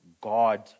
God